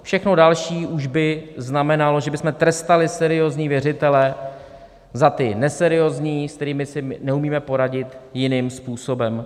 Všechno další už by znamenalo, že bychom trestali seriózní věřitele za ty neseriózní, se kterými si neumíme poradit jiným způsobem.